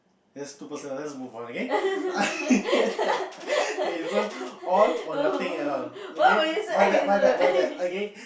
yes two person just both run okay he learn all or nothing at all okay my bad my bad my bad okay